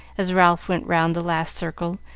as ralph went round the last circle,